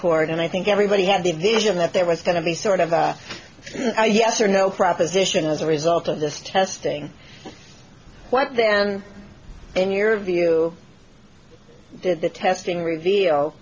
court and i think everybody had the vision that there was going to be sort of a yes or no proposition as a result of this testing what then in your view the testing reveal